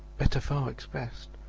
better far expressed,